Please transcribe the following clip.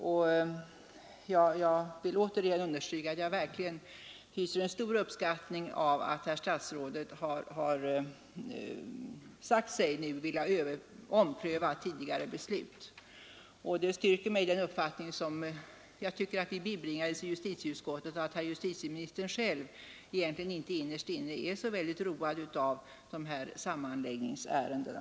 Jag vill än en gång understryka att jag verkligen uppskattar att herr statsrådet nu säger sig vilja ompröva tidigare beslut. Det styrker mig i den uppfattning som jag tycker att vi bibringades i justitieutskottet, nämligen att justitieministern själv innerst inne egentligen inte är så särskilt road av dessa sammanläggningsärenden.